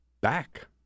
back